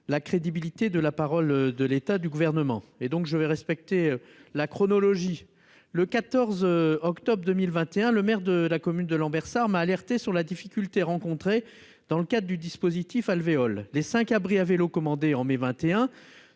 La crédibilité de la parole de l'état du gouvernement et donc je vais respecter la chronologie. Le 14 octobre 2021. Le maire de la commune de Lambersart m'a alerté sur la difficulté rencontrée dans le cadre du dispositif alvéoles les 5 abris à vélos commandé en mai 21